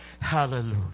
Hallelujah